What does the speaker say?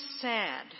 sad